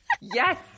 Yes